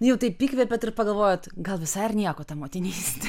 nu jau taip įkvėpėt ir pagalvojot gal visai ir nieko ta motinystė